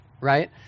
right